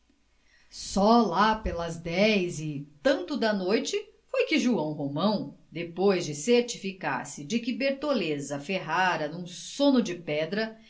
só lá pelas dez e tanto da noite foi que joão romão depois de certificar-se de que bertoleza ferrara num sono de pedra